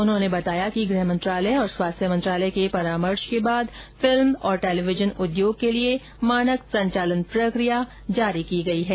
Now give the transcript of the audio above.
उन्होंने बताया कि गृह मंत्रालय और स्वास्थ्य मंत्रालय के परामर्श के बाद फिल्म और टेलीविजन उद्योग के लिए मानक संचालन प्रक्रिया जारी की गई है